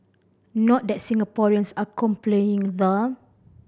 not that Singaporeans are complaining though